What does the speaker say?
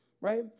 right